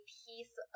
piece